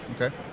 okay